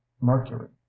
mercury